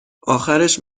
آخرش